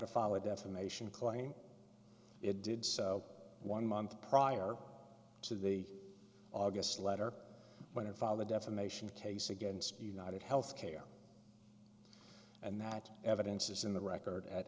to follow a defamation claim it did so one month prior to the august letter when her father defamation case against united health care and that evidence is in the record at